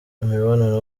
imibonano